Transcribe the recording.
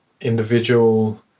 individual